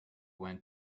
went